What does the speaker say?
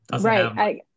right